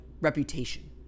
reputation